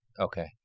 Okay